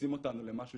מכניסים אותנו למשהו